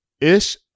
Ish